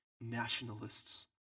nationalists